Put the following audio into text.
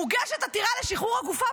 מוגשת עתירה לשחרור הגופה,